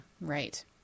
right